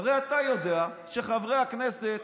הרי אתה יודע שחברי הכנסת,